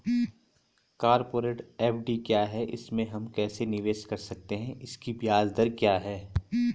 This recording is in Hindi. कॉरपोरेट एफ.डी क्या है इसमें हम कैसे निवेश कर सकते हैं इसकी ब्याज दर क्या है?